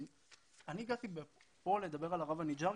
אני הגעתי לפה לדבר על הרב אניג'ר,